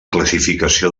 classificació